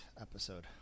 episode